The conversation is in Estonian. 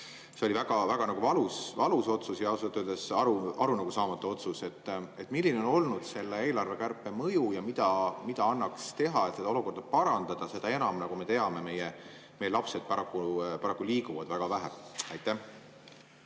See oli väga valus otsus ja ausalt öeldes arusaamatu otsus. Milline on olnud selle eelarvekärpe mõju? Mida annaks teha, et seda olukorda parandada, seda enam, nagu me teame, et meie lapsed paraku liiguvad väga vähe? Aitäh,